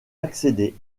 accéder